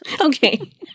Okay